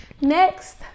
Next